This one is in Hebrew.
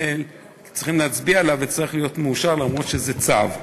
צריכים להצביע עליו והוא צריך להיות מאושר אף שזה צו.